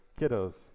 kiddos